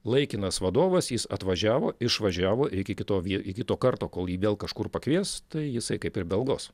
laikinas vadovas jis atvažiavo išvažiavo iki kito iki to karto kol jį vėl kažkur pakvies tai jisai kaip ir be algos